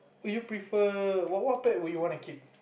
do you prefer what what pet would you want to keep